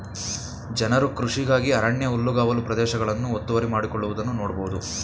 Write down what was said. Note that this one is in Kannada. ಜನರು ಕೃಷಿಗಾಗಿ ಅರಣ್ಯ ಹುಲ್ಲುಗಾವಲು ಪ್ರದೇಶಗಳನ್ನು ಒತ್ತುವರಿ ಮಾಡಿಕೊಳ್ಳುವುದನ್ನು ನೋಡ್ಬೋದು